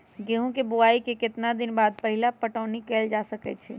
गेंहू के बोआई के केतना दिन बाद पहिला पटौनी कैल जा सकैछि?